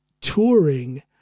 touring